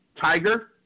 Tiger